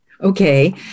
Okay